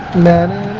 man